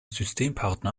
systempartner